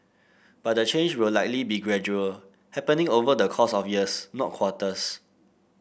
but the change will likely be gradual happening over the course of years not quarters